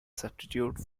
substitute